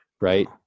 Right